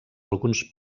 alguns